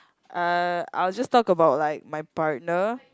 uh I'll just talk about like my partner